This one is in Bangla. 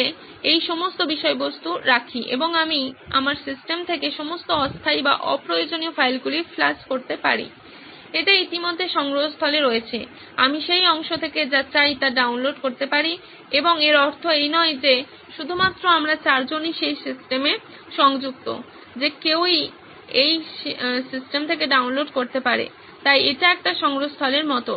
এ সেই সমস্ত বিষয়বস্তু রাখি এবং আমি আমার সিস্টেম থেকে সমস্ত অস্থায়ী বা অপ্রয়োজনীয় ফাইলগুলি ফ্লাশ করতে পারি এটি ইতিমধ্যে সংগ্রহস্থলে রয়েছে আমি সেই অংশ থেকে যা চাই তা ডাউনলোড করতে পারি এবং এর অর্থ এই নয় যে শুধুমাত্র আমরা চারজনই সেই সিস্টেমে সংযুক্ত যে কেউই সেই সিস্টেম থেকে ডাউনলোড করতে পারে তাই এটি একটি সংগ্রহস্থলের মতো